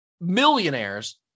millionaires